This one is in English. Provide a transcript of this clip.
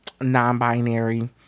non-binary